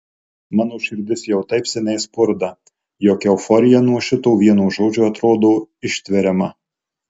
mano širdis jau taip seniai spurda jog euforija nuo šito vieno žodžio atrodo ištveriama